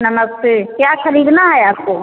नमस्ते क्या खरीदना है आपको